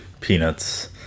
Peanuts